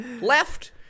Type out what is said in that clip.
left